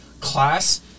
class